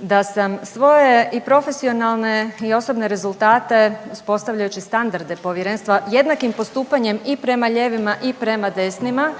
da sam svoje i profesionalne i osobne rezultate uspostavljajući standarde Povjerenstva jednakim postupanjem i prema lijevima i prema desnima